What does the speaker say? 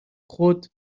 خود